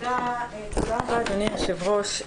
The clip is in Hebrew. תודה רבה, אדוני היושב-ראש.